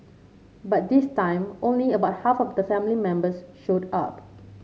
but this time only about half of the family members showed up